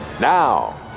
Now